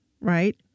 right